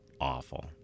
awful